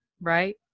right